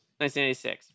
1986